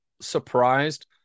surprised